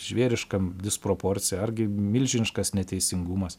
žvėriškam disproporcija argi milžiniškas neteisingumas